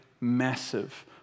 massive